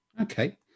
Okay